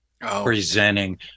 presenting